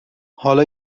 حالا